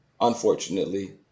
unfortunately